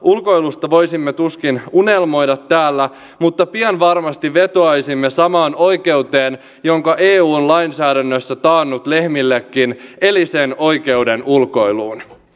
ulkoilusta voisimme tuskin unelmoida täällä mutta pian varmasti vetoaisimme samaan oikeuteen jonka eu on lainsäädännössä taannut lehmillekin eli sen oikeuteen ulkoiluun